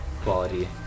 quality